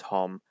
Tom